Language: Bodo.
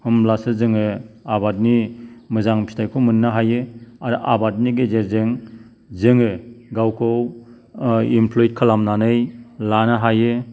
होमब्लासो जोङो आबादनि मोजां फिथायखौ मोन्नो हायो आरो आबादनि गेजेरजों जोङो गावखौ इमप्लयेड खालामनानै लानो हायो